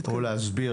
או להסביר,